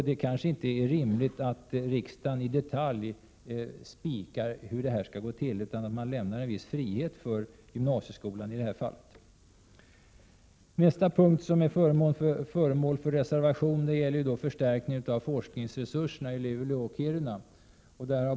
Det är inte heller rimligt att riksdagen i detalj föreskriver hur det hela skall gå till utan man lämnar en viss frihet för gymnasieskolan att avgöra detta. Nästa punkt som är föremål för reservation gäller förstärkning av forskningsresurserna i Luleå och Kiruna.